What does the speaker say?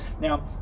Now